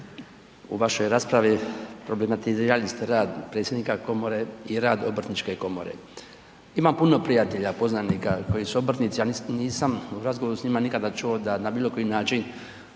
u vašoj raspravi problematizirali ste rad predsjednika komore i rad obrtničke komore. Imam puno prijatelja, poznanika koji su obrtnici, a nisam u razgovoru s njima nikada čuo da na bilo koji način